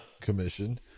Commission